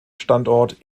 standort